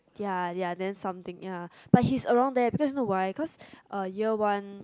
ya ya then something ya but he's around there because you know why because uh year one